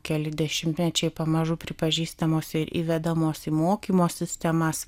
keli dešimtmečiai pamažu pripažįstamos ir įvedamos į mokymo sistemas